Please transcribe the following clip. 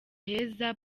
heza